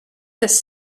this